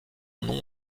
nom